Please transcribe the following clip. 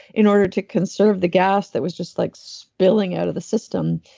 in order to conserve the gas that was just like spilling out of the system.